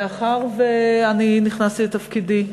מאחר שאני נכנסתי לתפקידי,